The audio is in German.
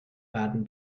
baden